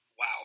Wow